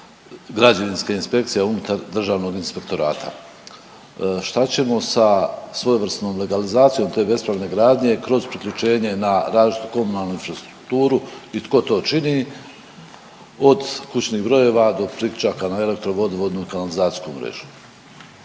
građevinske inspekcije unutar Državnog inspektorata? Šta ćemo sa svojevrsnom legalizacijom te bespravne gradnje kroz priključenje na različitu komunalnu infrastrukturu i tko to čini, od kućnih brojeva do priključak na elektro, vodovodnu i kanalizacijsku mrežu?